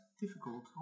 difficult